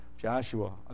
Joshua